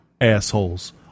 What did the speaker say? Assholes